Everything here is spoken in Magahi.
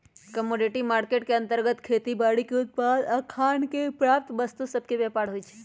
कमोडिटी मार्केट के अंतर्गत खेती बाड़ीके उत्पाद आऽ खान से प्राप्त वस्तु सभके व्यापार होइ छइ